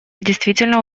действительно